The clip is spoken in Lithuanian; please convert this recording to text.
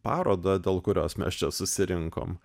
parodą dėl kurios mes čia susirinkom